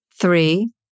Three